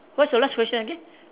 what's your last question again